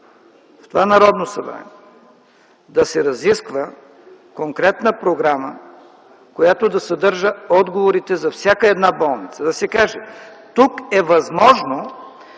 в това Народно събрание да се разисква конкретна програма, която да съдържа отговорите за всяка една болница. Да се каже: тук е възможно